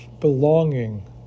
belonging